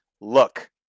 look